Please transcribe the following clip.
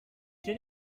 quel